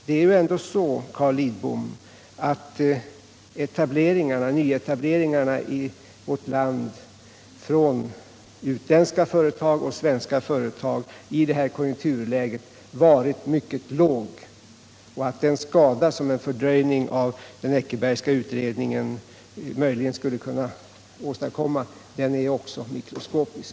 Det är ju så, Carl Lidbom, att utländska och svenska företags nyetableringar i vårt land i detta konjunkturläge har varit mycket begränsade. Den skada som en fördröjning av den Eckerbergska utredningen möjligen skulle kunna åstadkomma är därför mikroskopisk.